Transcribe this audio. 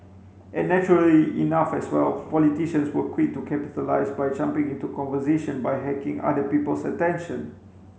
and naturally enough as well politicians were quick to capitalise by jumping into conversation by hacking other people's attention